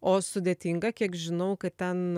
o sudėtinga kiek žinau kad ten